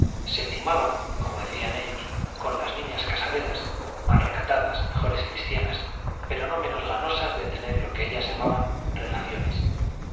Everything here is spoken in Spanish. se timaban como decían ellos con las niñas casaderas más recatadas mejores cristianas pero no menos ganosas de tener lo que ellas llamaban relaciones